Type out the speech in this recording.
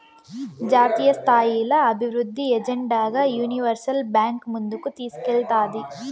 జాతీయస్థాయిల అభివృద్ధి ఎజెండాగా యూనివర్సల్ బాంక్ ముందుకు తీస్కేల్తాది